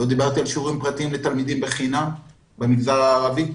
עוד לא דיברתי על שיעורים פרטיים לתלמידים בחינם במגזר הערבי,